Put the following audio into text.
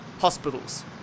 hospitals